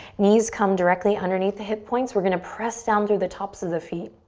knees come directly underneath the hip points. we're gonna press down through the tops of the feet.